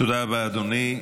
תודה רבה, אדוני.